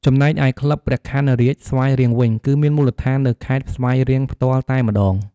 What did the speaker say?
ចំណែកឯ ក្លឹបព្រះខ័នរាជស្វាយរៀងវិញ គឺមានមូលដ្ឋាននៅខេត្តស្វាយរៀងផ្ទាល់តែម្តង។